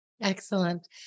Excellent